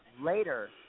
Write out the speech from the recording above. later